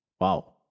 Wow